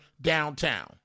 downtown